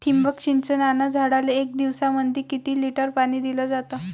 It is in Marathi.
ठिबक सिंचनानं झाडाले एक दिवसामंदी किती लिटर पाणी दिलं जातं?